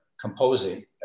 composing